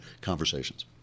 conversations